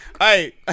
Hey